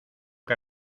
que